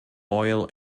oil